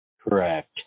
Correct